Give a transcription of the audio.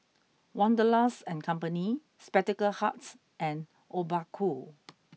Wanderlust and Company Spectacle Hut and Obaku